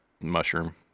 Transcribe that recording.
mushroom